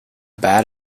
bad